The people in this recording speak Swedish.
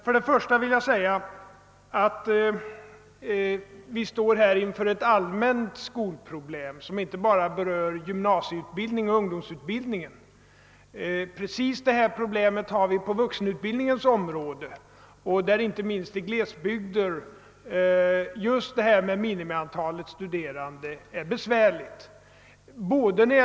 Först och främst vill jag då säga att vi här har att göra med ett allmänt skolproblem. Det berör inte bara gymnasieoch ungdomsutbildningen, utan vi har precis samma problem på vuxenutbildningens område, där bestämmelsen om minimiantal studerande är besvärlig, speciellt i glesbygderna.